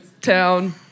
town